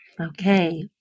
Okay